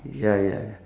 ya ya ya